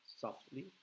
softly